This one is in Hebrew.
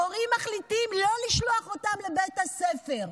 הורים מחליטים לא לשלוח אותם לבית הספר.